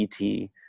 ET